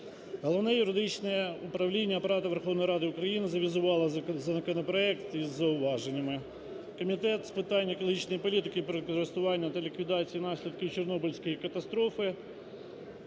Верховної Ради України завізувало законопроект із зауваженнями. Комітет з питань екологічної політики, природокористування та ліквідації наслідків Чорнобильської катастрофи